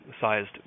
sized